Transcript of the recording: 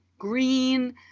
green